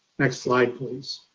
next slide please.